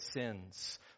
sins